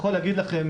אני יכול להגיד לכם,